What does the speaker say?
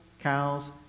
cows